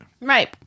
Right